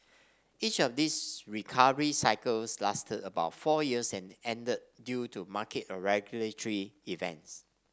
each of these recovery cycles lasted about four years and ended due to market or regulatory events